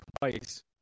twice